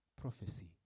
prophecy